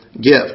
gift